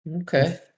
Okay